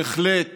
בהחלט